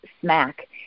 Smack